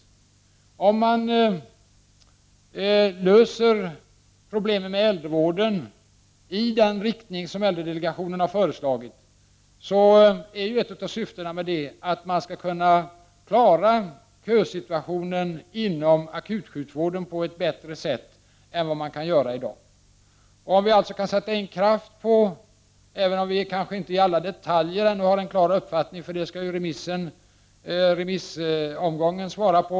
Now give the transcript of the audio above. Ett av syftena med att lösa problemen med äldrevården i den riktning som äldredelegationen har föreslagit, är att man skall kunna klara kösituationen inom akutsjukvården på ett bättre sätt än man kan i dag. Vi har kanske inte ännu en klar uppfattning i alla detaljer, för vissa frågor skall ju remissomgången svara på.